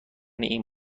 این